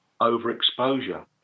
overexposure